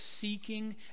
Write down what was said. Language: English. seeking